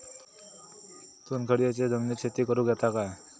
चुनखडीयेच्या जमिनीत शेती करुक येता काय?